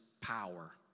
power